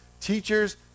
teachers